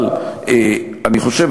אבל אני חושב,